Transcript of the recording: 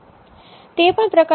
તે પણ પ્રકાશિત કરવું જોઈએ